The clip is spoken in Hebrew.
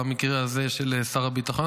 במקרה הזה של שר הביטחון,